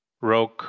Rogue